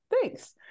thanks